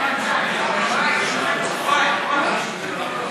הגבלת כהונת ראש הממשלה לשתי תקופות כהונה רצופות)